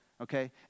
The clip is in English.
okay